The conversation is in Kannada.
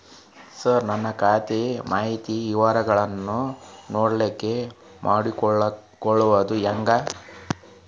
ಸರ ನನ್ನ ಖಾತಾ ಮಾಹಿತಿ ವಿವರಗೊಳ್ನ, ಡೌನ್ಲೋಡ್ ಮಾಡ್ಕೊಳೋದು ಹೆಂಗ?